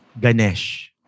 Ganesh